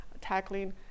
tackling